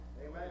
Amen